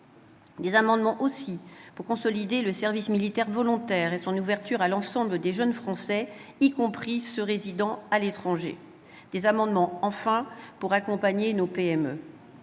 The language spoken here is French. des amendements visant à consolider le service militaire volontaire et son ouverture à l'ensemble des jeunes Français, y compris ceux qui résident à l'étranger, ainsi que des amendements visant à accompagner nos PME.